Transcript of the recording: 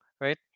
right